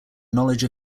knowledge